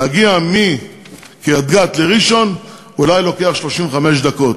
להגיע מקריית-גת לראשון לוקח אולי 35 דקות.